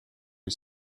you